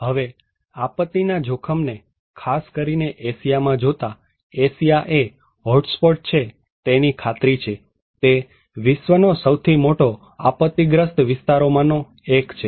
હવે આપત્તિના જોખમને ખાસ કરીને એશીયામાં જોતા એશિયા એ હોટસ્પોટ છે તેની ખાતરી છે તે વિશ્વનો સૌથી આપત્તિગ્રસ્ત વિસ્તારોમાં નો એક છે